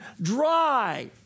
dry